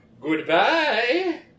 Goodbye